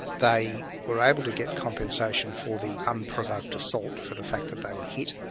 they were able to get compensation for the unprovoked assault, for the fact that they were hit,